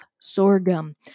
sorghum